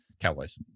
Cowboys